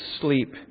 sleep